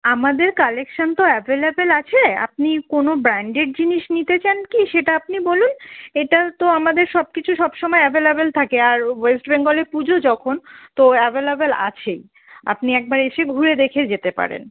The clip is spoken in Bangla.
আমাদের কালেকশান তো অ্যাভেলেবল আছে আপনি কোনো ব্র্যান্ডেড জিনিস নিতে চান কি সেটা আপনি বলুন এটা তো আমাদের সব কিছু সব সময় অ্যাভেলেবল থাকে আর ওয়েস্ট বেঙ্গলে পুজো যখন তো অ্যাভেলেবেল আছেই আপনি একবার এসে ঘুরে দেখে যেতে পারেন